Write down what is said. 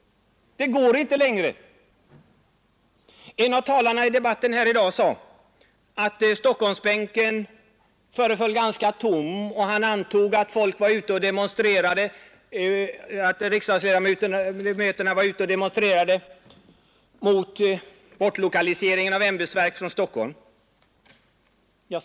Det går inte längre. En av talarna i debatten här i dag sade att Stockholmsbänken föreföll ganska tom, och han antog att riksdagsledamöterna var ute och demonstrerade mot bortlokaliseringen av ämbetsverk från Stockholm.